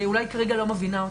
ואולי כרגע לא מבינה אותן.